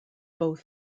both